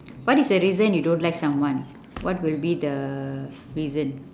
what is the reason you don't like someone what will be the reason